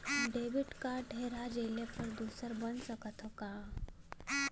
Debit card हेरा जइले पर दूसर बन सकत ह का?